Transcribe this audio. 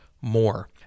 more